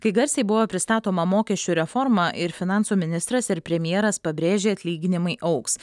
kai garsiai buvo pristatoma mokesčių reforma ir finansų ministras ir premjeras pabrėžė atlyginimai augs